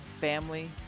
family